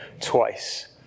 twice